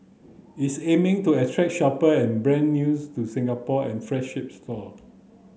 it's aiming to attract shopper and brand news to Singapore and flagship store